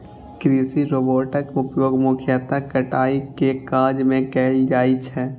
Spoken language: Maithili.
कृषि रोबोटक उपयोग मुख्यतः कटाइ के काज मे कैल जाइ छै